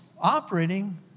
operating